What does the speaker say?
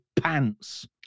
pants